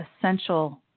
essential